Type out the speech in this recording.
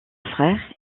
frères